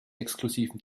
exklusiven